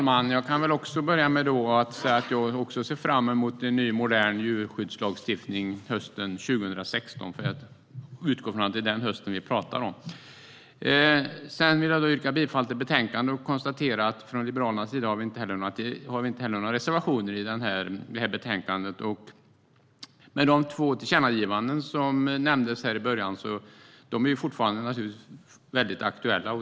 Herr talman! Jag ser också fram emot en ny och modern djurskyddslagstiftning hösten 2016. Jag utgår från att det är den hösten vi talar om. Jag vill yrka bifall till utskottets förslag i betänkandet. Liberalerna har inte heller några reservationer i betänkandet. De två tillkännagivanden som nämndes i början av debatten är fortfarande aktuella.